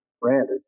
branded